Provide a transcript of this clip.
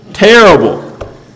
terrible